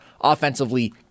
offensively